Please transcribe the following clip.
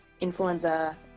influenza